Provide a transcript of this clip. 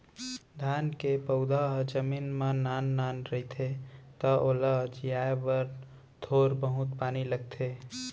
धान के पउधा ह जमीन म नान नान रहिथे त ओला जियाए बर थोर बहुत पानी लगथे